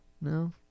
No